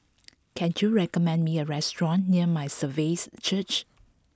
can you recommend me a restaurant near My Saviour's Church